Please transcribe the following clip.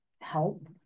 help